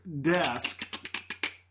desk